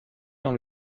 dans